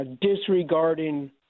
disregarding